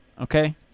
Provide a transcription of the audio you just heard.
Okay